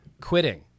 quitting